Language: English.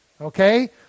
Okay